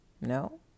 No